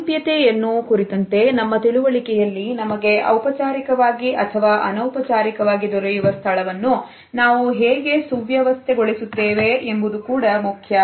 ಸಾಮೀಪ್ಯತೆಯನ್ನು ಕುರಿತಂತೆ ನಮ್ಮ ತಿಳುವಳಿಕೆಯಲ್ಲಿ ನಮಗೆ ಔಪಚಾರಿಕವಾಗಿ ಅಥವಾ ಅನೌಪಚಾರಿಕವಾಗಿ ದೊರೆಯುವ ಸ್ಥಳವನ್ನು ನಾವು ಹೇಗೆ ಸುವ್ಯವಸ್ಥೆ ಗೊಳಿಸುತ್ತೇವೆ ಎಂಬುದು ಕೂಡ ಮುಖ್ಯ